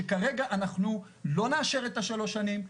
שכרגע אנחנו לא נאשר את ה-3 שנים,